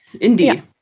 Indeed